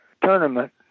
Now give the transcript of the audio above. tournament